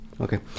Okay